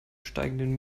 steigenden